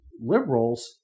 liberals